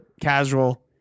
casual